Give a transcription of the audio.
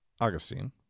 Augustine